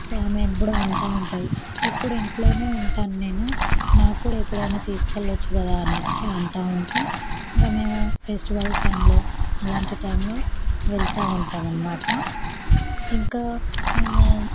so ఆమె ఎప్పుడూ అంటూ ఉంటుంది ఎప్పుడూ ఇంట్లోనే ఉంటాను నేను నాకు కూడా ఎక్కడైనా తీసుకెళ్ళవచ్చు కదా అనేసి అంటూ ఉంటే ఇంకా మేము ఫెస్టివల్ టైంలో అలాంటి టైంలో వెళుతూ ఉంటామన్నమాట ఇంకా మేము